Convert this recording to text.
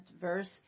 verse